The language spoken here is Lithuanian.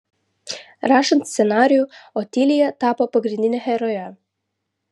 rašant scenarijų otilija tapo pagrindine heroje